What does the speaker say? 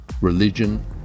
religion